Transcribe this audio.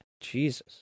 Jesus